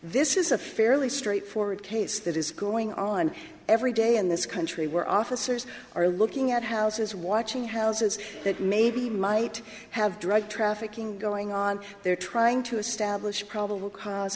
this is a fairly straightforward case that is going on every day in this country where officers are looking at houses watching houses that maybe might have drug trafficking going on they're trying to establish probable cause